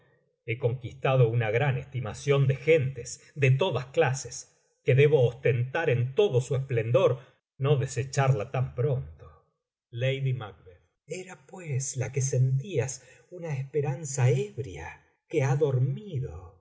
he conquistado una gran estimación de gentes de todas clases que debo ostentar en todo su esplendor no desecharla tan pronto era pues la que sentías una esperanza ebria que ha dormido